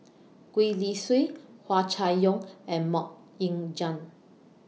Gwee Li Sui Hua Chai Yong and Mok Ying Jang